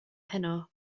heno